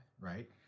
right